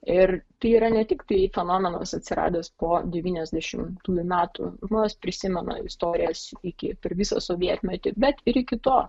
ir tai yra ne tiktai fenomenas atsiradęs po devyniasdešimtųjų metų prisimena istorijas iki per visą sovietmetį bet ir iki to